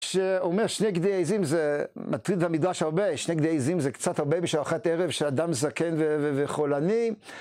שאומר שני גדיי עזים זה מטריד במדרש הרבה, שני גדיי עיזים זה קצת הרבה בשביל ארוחת ערב שאדם זקן וחולני.